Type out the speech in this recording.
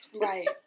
Right